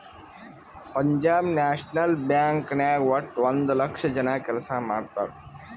Punjab National Bank ನಾಗ್ ವಟ್ಟ ಒಂದ್ ಲಕ್ಷ ಜನ ಕೆಲ್ಸಾ ಮಾಡ್ತಾರ್